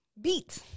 beat